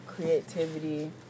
creativity